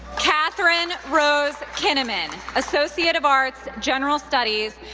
katherine rose kinnaman, associate of arts, general studies,